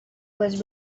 was